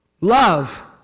Love